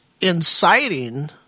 inciting